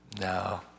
No